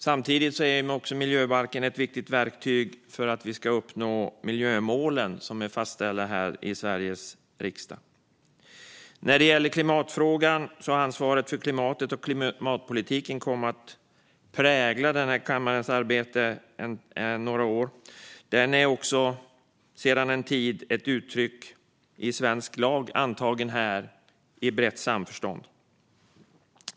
Samtidigt är miljöbalken ett viktigt verktyg för att vi ska kunna uppnå de miljömål som är fastställda i Sveriges riksdag. När det gäller klimatfrågan har ansvaret för klimatet och klimatpolitiken kommit att prägla kammarens arbete sedan några år. Den har även sedan en tid kommit till uttryck i svensk lag, antagen i brett samförstånd här.